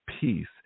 peace